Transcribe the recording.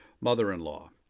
mother-in-law